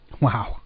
Wow